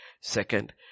Second